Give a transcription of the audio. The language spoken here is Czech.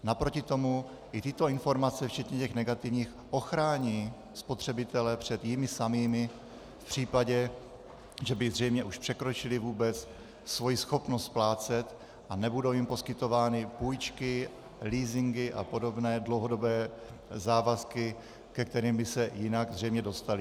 Naproti tomu i tyto informace včetně těch negativních ochrání spotřebitele před jimi samými v případě, že by zřejmě už překročili vůbec svoji schopnost splácet, a nebudou jim poskytovány půjčky, leasingy a podobné dlouhodobé závazky, ke kterým by se jinak zřejmě dostali.